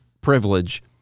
privilege